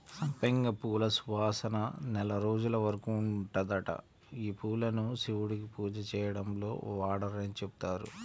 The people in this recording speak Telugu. సంపెంగ పూల సువాసన నెల రోజుల వరకు ఉంటదంట, యీ పూలను శివుడికి పూజ చేయడంలో వాడరని చెబుతారు